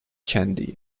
candy